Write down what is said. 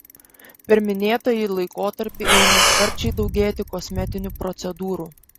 per minėtąjį laikotarpį ėmė sparčiai daugėti kosmetinių procedūrų